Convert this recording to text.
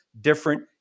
different